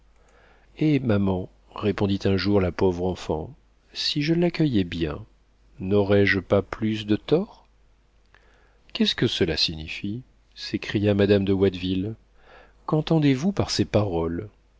eh maman répondit un jour la pauvre enfant si je l'accueillais bien n'aurais-je pas plus de torts qu'est-ce que cela signifie s'écria madame de watteville qu'entendez-vous par ces paroles